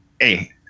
Hey